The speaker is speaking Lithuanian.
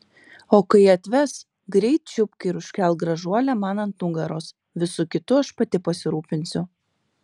o kai atves greit čiupk ir užkelk gražuolę man ant nugaros visu kitu aš pati pasirūpinsiu